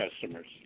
customers